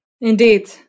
Indeed